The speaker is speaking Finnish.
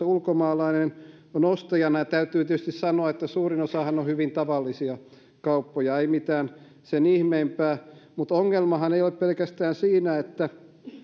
ulkomaalainen on ostajana täytyy tietysti sanoa että suurin osahan on hyvin tavallisia kauppoja ei mitään sen ihmeempää mutta ongelmahan ei ole pelkästään siinä